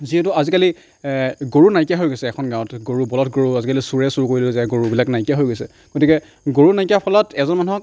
যিহেতু আজিকালি গৰু নাইকিয়া হৈ গৈছে এখন গাঁৱত গৰু বলধ গৰু আজিকালি চোৰে চুৰ কৰি লৈ যায় গৰুবিলাক নাইকিয়া হৈ গৈছে গতিকে গৰু নাইকিয়াৰ ফলত এজন মানুহক